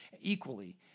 equally